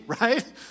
right